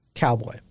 cowboy